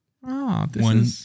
One